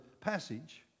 passage